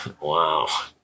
Wow